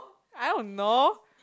I don't know